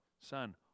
Son